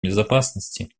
безопасности